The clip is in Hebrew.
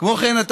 כמו כן,